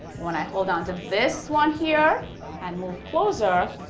when i hold on to this one here and move closer,